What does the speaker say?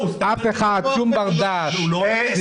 הוא סתם אומר דברים בלי נתונים.